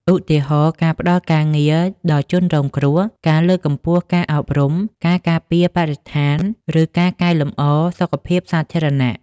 ឧទាហរណ៍ ការផ្តល់ការងារដល់ជនងាយរងគ្រោះ ការលើកកម្ពស់ការអប់រំ ការការពារបរិស្ថាន ឬការកែលម្អសុខភាពសាធារណៈ ។